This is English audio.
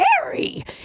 scary